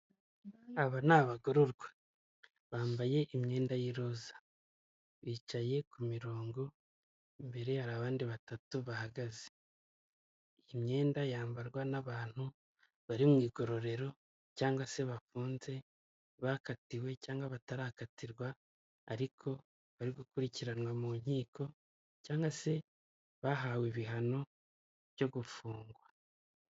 Aba ni abagororwa bambaye imyenda y'iroza, bicaye ku mirongo imbere hari abandi batatu bahagaze. Iyi imyenda yambarwa n'abantu bari mu igororero cyangwa se bafunze, bakatiwe cyangwa batarakatirwa ariko bari gukurikiranwa mu nkiko cyangwa se bahawe ibihano byo gufungwa.